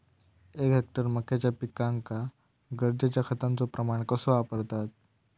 एक हेक्टर मक्याच्या पिकांका गरजेच्या खतांचो प्रमाण कसो वापरतत?